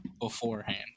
beforehand